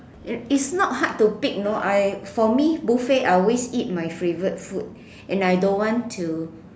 is not hard to pick you know I for me buffet I always eat my favorite food and I don't want to